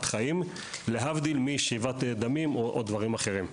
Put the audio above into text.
חיים להבדיל משאיבת דמים או דברים אחרים.